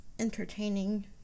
entertaining